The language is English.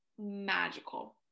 Magical